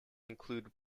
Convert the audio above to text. include